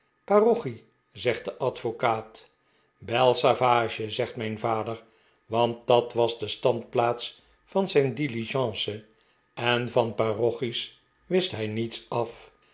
parochie zegt de advocaat belle savage zegt mijn vader want dat was de standplaats van zijn diligence en van parochies wist hij niets af